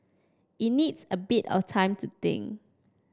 it needs a bit of time to think